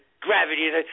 gravity